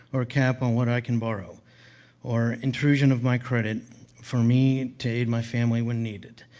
or a cap on what i can borrow or intrusion of my credit for me to aid my family when needed,